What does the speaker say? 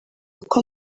uko